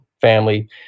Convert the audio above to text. family